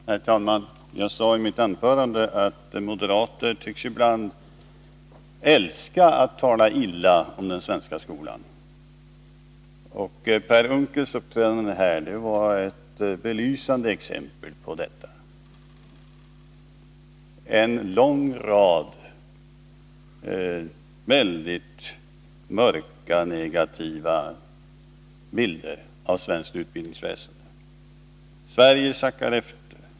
Herr talman! Jag sade tidigare i kväll att moderater ibland tycks älska att tala illa om den svenska skolan. Vad Per Unckel här uttalat är ett belysande exempel på det. En lång rad väldigt mörka, negativa bilder av det svenska utbildningsväsendet målades upp: Sverige sackar efter.